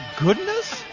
goodness